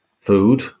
Food